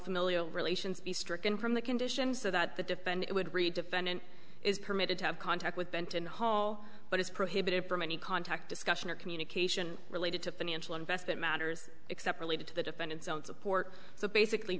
familial relations be stricken from the conditions that the defendant would read defendant is permitted to have contact with benton hall but is prohibited from any contact discussion or communication related to financial investment matters except related to the defendant's own support so basically